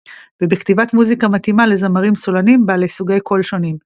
ובכתיבת מוזיקה מתאימה לזמרים סולנים בעלי סוגי קול שונים,